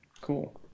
Cool